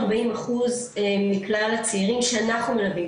40% מכלל הצעירים שאנחנו מלווים,